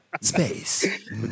space